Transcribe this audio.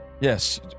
yes